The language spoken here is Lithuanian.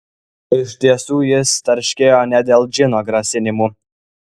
iš tiesų jis tarškėjo ne dėl džino grasinimų